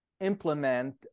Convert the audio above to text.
implement